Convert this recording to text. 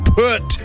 put